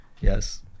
Yes